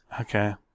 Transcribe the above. Okay